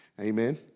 Amen